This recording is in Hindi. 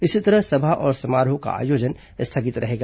इसी तरह सभा और समारोह का आयोजन स्थगित रहेगा